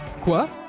Quoi